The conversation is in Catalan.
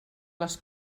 les